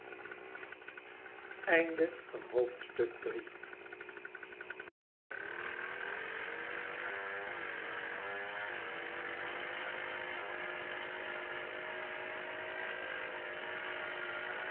exemplaar van het